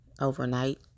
overnight